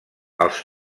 els